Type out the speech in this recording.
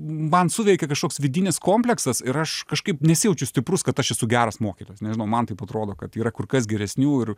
man suveikė kažkoks vidinis kompleksas ir aš kažkaip nesijaučiu stiprus kad aš esu geras mokytojas nežinau man taip atrodo kad yra kur kas geresnių ir